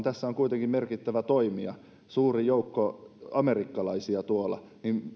tässä on kuitenkin merkittävä toimija suuri joukko amerikkalaisia tuolla tärkeää on